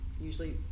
usually